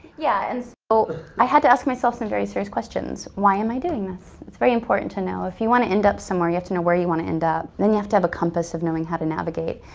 yeah, and so i had to ask myself some very serious questions. why am i doing this? it's very important to know. if you want to end up somewhere, you have to know where you want to end up. then you have to have a compass of knowing how to navigate.